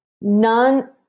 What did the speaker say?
none